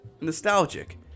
nostalgic